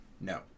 no